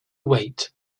wait